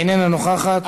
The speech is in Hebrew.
איננה נוכחת.